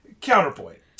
Counterpoint